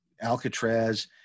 Alcatraz